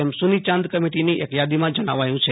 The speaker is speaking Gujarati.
તેમ સુન્ની યાંદ કમિટીની એક યાદીમાં જણાવાયુ છે